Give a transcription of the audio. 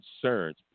concerns